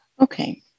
Okay